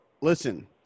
listen